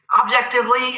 Objectively